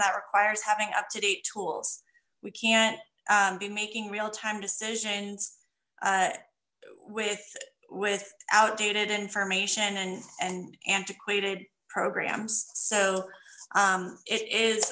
that requires having up to date tools we can't be making real time decisions with with outdated information and antiquated programs so it is